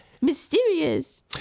Mysterious